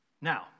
Now